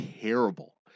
terrible